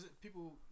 people